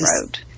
road